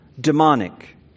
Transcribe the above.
demonic